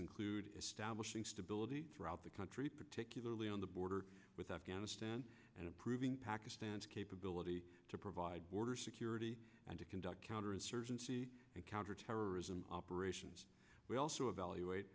include establishing stability throughout the country particularly on the border with afghanistan and improving pakistan's capability to provide border security and to conduct counterinsurgency and counterterrorism operations we also evaluate